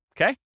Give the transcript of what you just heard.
okay